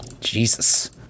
Jesus